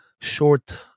short